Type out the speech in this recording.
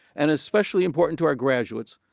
and especially important to our graduates,